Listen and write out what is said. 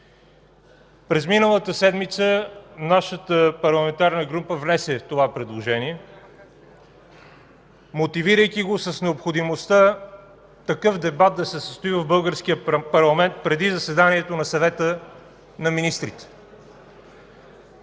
През миналата седмица нашата парламентарна група внесе това предложение, мотивирайки го с необходимостта такъв дебат да се състои в българския парламент преди заседанието на Съвета на министрите.